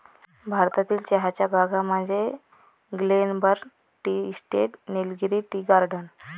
भारतातील चहाच्या बागा म्हणजे Glenburn tea estate, Nilgiri tea garden